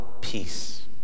peace